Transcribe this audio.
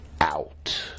out